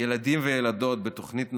ילדים וילדות בתוכנית נעל"ה,